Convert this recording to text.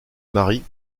marie